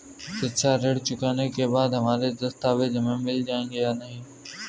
शिक्षा ऋण चुकाने के बाद हमारे दस्तावेज हमें मिल जाएंगे या नहीं?